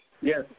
Yes